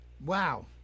wow